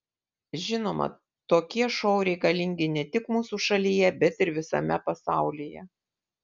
žinoma tokie šou reikalingi ne tik mūsų šalyje bet ir visame pasaulyje